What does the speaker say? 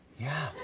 yeah.